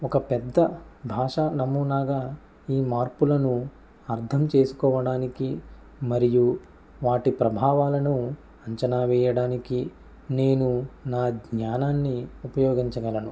ఒక పెద్ద భాషా నమూనాగా ఈ మార్పులను అర్థం చేసుకోవడానికి మరియు వాటి ప్రభావాలను అంచనా వేయడానికి నేను నా జ్ఞానాన్ని ఉపయోగించగలను